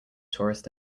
tourist